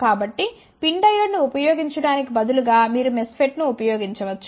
కాబట్టి PIN డయోడ్ను ఉపయోగించటానికి బదులుగా మీరు మెస్ఫెట్ను ఉపయోగించవచ్చు